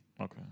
Okay